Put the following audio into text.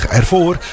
ervoor